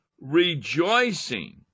rejoicing